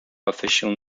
official